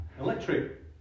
electric